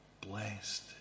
Blessed